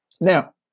Now